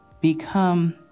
become